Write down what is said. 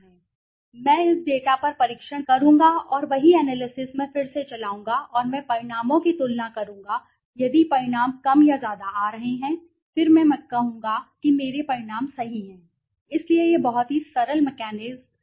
मैं जो भी करूंगा वह सही होगा मैं इस डेटा पर परीक्षण करूंगा और वही एनालिसिस मैं फिर से चलाऊंगा और मैं परिणामों की तुलना करूंगा यदि परिणाम कम या ज्यादा आ रहे हैं फिर मैं कहूंगा कि मेरे परिणाम सही हैं इसलिए यह बहुत ही सरल मैकेनिस्म है